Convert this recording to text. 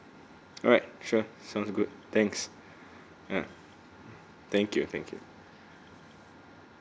alright sure sounds good thanks ya thank you thank you